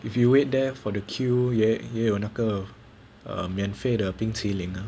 if you wait there for the queue 也也有那个 err 免费的冰淇淋 ah